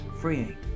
freeing